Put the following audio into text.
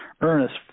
Ernest